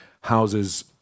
houses